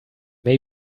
may